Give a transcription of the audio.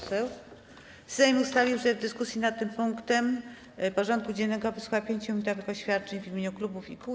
Sejm ustalił, że w dyskusji nad tym punktem porządku dziennego wysłucha 5-minutowych oświadczeń w imieniu klubów i kół.